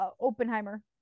Oppenheimer